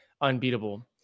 unbeatable